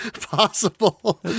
possible